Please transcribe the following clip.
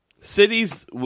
Cities